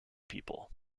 people